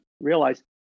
realize